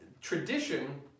tradition